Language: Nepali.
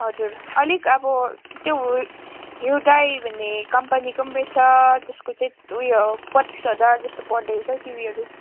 हजुर अलिक अब त्यो ह्युडाई भन्ने कम्पनीको रहेछ त्यसको चाहिँ उयो पच्चिस हजार जस्तो पर्दो रहेछ हौ टिभीहरू